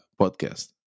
podcast